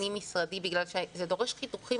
פנים-משרדי בגלל שזה דורש הרי חיתוכים.